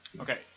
okay